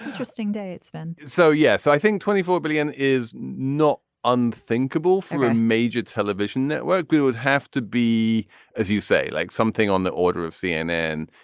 interesting day. it's been. so yes i think twenty four billion is not unthinkable from a major television network we would have to be as you say like something on the order of cnn.